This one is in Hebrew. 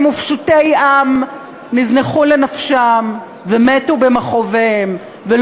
ופשוטי עם נזנחו לנפשם ולא טופלו ומתו במכאוביהם.